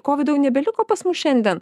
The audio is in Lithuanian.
kovido jau nebeliko pas mus šiandien